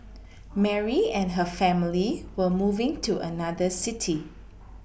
Mary and her family were moving to another city